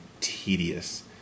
tedious